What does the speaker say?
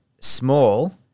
small